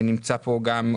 נמצא פה גם,